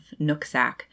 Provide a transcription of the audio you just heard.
Nooksack